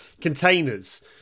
containers